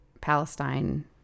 palestine